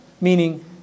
Meaning